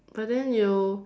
but then you